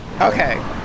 Okay